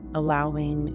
allowing